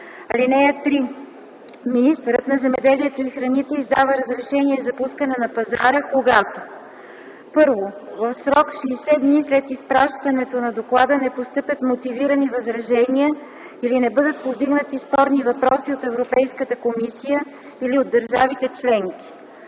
комисия. (3) Министърът на земеделието и храните издава разрешение за пускане на пазара, когато: 1. в срок 60 дни след изпращането на доклада не постъпят мотивирани възражения или не бъдат повдигнати спорни въпроси от Европейската комисия или от държавите членки;